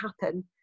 happen